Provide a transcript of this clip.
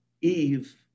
Eve